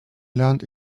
lernt